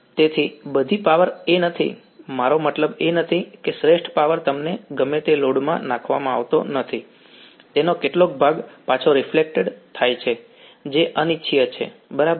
બરાબર તેથી બધી પાવર એ નથી મારો મતલબ એ નથી કે શ્રેષ્ઠ પાવર તમને ગમે તે લોડ માં નાખવામાં આવતો નથી તેનો કેટલોક ભાગ પાછો રેફલેક્ટેડ થાય છે જે અનિચ્છનીય છે બરાબર